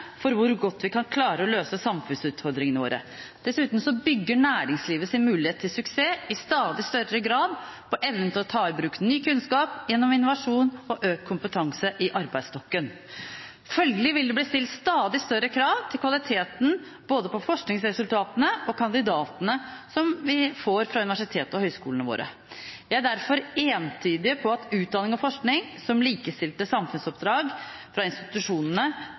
for hvor godt vi kan klare å løse samfunnsutfordringene våre, dessuten bygger næringslivet sin mulighet til suksess i stadig større grad på evnen til å ta i bruk ny kunnskap gjennom innovasjon og økt kompetanse i arbeidsstokken. Følgelig vil det bli stilt stadig større krav til kvaliteten på både forskningsresultatene og kandidatene vi får fra universitetene og høyskolene våre. Vi er derfor entydige på at utdanning og forskning er likestilte samfunnsoppdrag for institusjonene